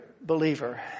believer